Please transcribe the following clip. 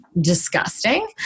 disgusting